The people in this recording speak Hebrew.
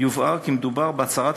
יובהר כי מדובר בהצהרת